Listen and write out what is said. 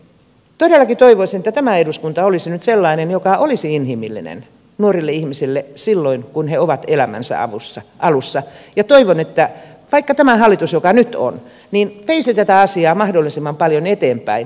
todellakin toivoisin että tämä eduskunta olisi nyt sellainen joka olisi inhimillinen nuorille ihmisille silloin kun he ovat elämänsä alussa ja toivon että vaikkapa tämä hallitus joka nyt on veisi tätä asiaa mahdollisimman paljon eteenpäin